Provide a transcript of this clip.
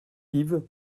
yves